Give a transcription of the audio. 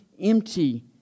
empty